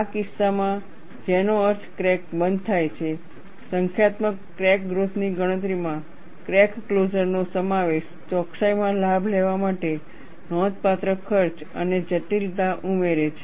આ કિસ્સામાં જેનો અર્થ ક્રેક બંધ થાય છે સંખ્યાત્મક ક્રેક ગ્રોથ ની ગણતરીમાં ક્રેક ક્લોઝરનો સમાવેશ ચોકસાઈમાં લાભ માટે નોંધપાત્ર ખર્ચ અને જટિલતા ઉમેરે છે